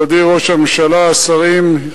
מכובדי ראש הממשלה, שרים,